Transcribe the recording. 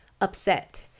upset